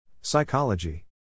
Psychology